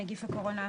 נגיף הקורונה החדש)